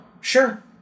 sure